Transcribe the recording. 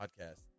podcast